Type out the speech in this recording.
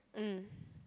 mm